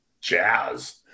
jazz